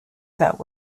that